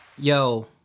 Yo